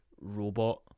robot